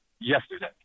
yesterday